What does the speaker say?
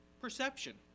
perception